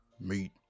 Meat